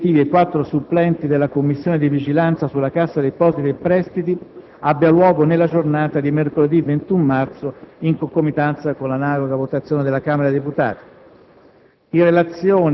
componenti effettivi e quattro supplenti della Commissione di vigilanza sulla Cassa depositi e prestiti abbia luogo nella giornata di mercoledì 21 marzo, in concomitanza con l'analoga votazione della Camera dei deputati.